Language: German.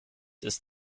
ist